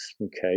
Okay